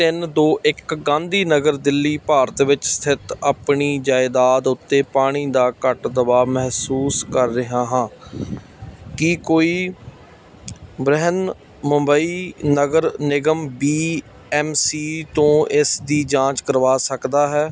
ਤਿੰਨ ਦੋ ਇੱਕ ਗਾਂਧੀ ਨਗਰ ਦਿੱਲੀ ਭਾਰਤ ਵਿੱਚ ਸਥਿਤ ਆਪਣੀ ਜਾਇਦਾਦ ਉੱਤੇ ਪਾਣੀ ਦਾ ਘੱਟ ਦਬਾਅ ਮਹਿਸੂਸ ਕਰ ਰਿਹਾ ਹਾਂ ਕੀ ਕੋਈ Brihanmumbai Nagar Nigam B M C ਤੋਂ ਇਸ ਦੀ ਜਾਂਚ ਕਰਵਾ ਸਕਦਾ ਹੈ